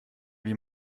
wie